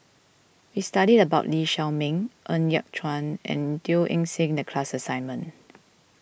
we studied about Lee Shao Meng Ng Yat Chuan and Teo Eng Seng in the class assignment